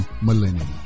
millennium